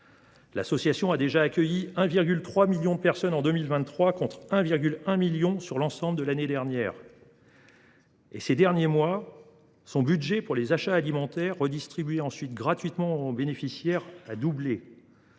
l’association a déjà accueilli 1,3 million de personnes en 2023, contre 1,1 million sur l’ensemble de l’année dernière ; au cours des derniers mois, son budget pour les achats alimentaires ensuite redistribués gratuitement aux bénéficiaires a doublé.